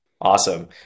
Awesome